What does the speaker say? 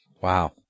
Wow